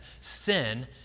sin